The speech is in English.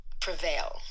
prevail